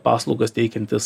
paslaugas teikiantis